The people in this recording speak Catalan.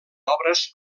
obres